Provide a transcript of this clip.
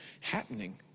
happening